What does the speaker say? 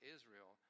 Israel